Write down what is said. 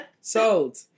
Sold